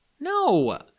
No